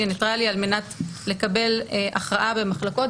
ניטרלי על מנת לקבל הכרעה במחלוקות,